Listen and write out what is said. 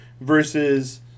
versus